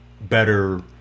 better